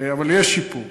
אבל יש שיפור.